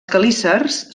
quelícers